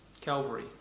Calvary